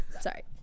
Sorry